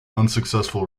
unsuccessful